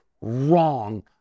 wrong